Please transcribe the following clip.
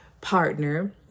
partner